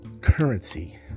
currency